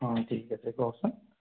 অঁ ঠিক আছে কওকচোন